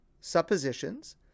suppositions